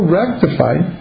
rectified